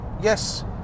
yes